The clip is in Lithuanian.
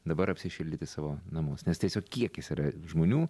dabar apsišildyti savo namuos nes tiesiog kiekis yra žmonių